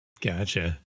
Gotcha